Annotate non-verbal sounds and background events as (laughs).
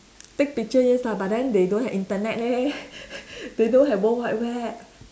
take picture yes lah but then they don't have Internet leh (laughs) they don't have world wide web